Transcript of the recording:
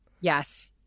yes